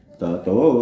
tato